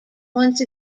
once